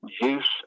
Use